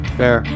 fair